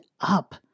up